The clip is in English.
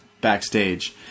backstage